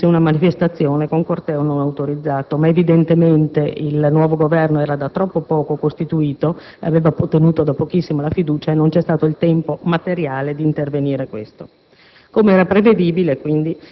è avvenuto, una manifestazione con corteo non autorizzato. Ma, evidentemente, il nuovo Governo era da troppo poco costituito (aveva ottenuto da pochissimo la fiducia) e non c'è stato il tempo materiale di intervenire.